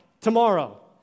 tomorrow